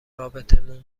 رابطمون